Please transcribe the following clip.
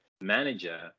manager